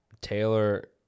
Taylor